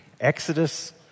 Exodus